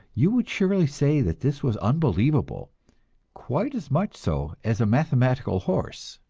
you would surely say that this was unbelievable quite as much so as a mathematical horse!